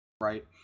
Right